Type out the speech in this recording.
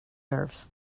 nerves